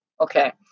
Okay